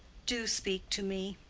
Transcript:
do speak to me.